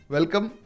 Welcome